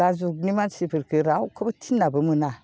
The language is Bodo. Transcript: दा जुगनि मानसिफोरखौ रावखौबो थिननाबो मोना